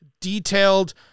detailed